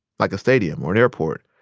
like a stadium or an airport,